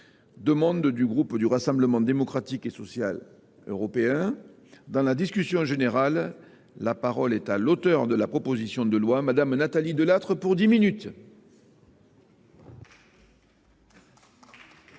demande du groupe du Rassemblement démocratique et social européen. Dans la discussion générale, la parole est à l'auteur de la proposition de loi, Madame Nathalie Delattre, pour dix minutes.